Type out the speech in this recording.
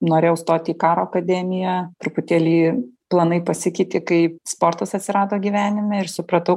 norėjau stot į karo akademiją truputėlį planai pasikeitė kai sportas atsirado gyvenime ir supratau